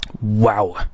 Wow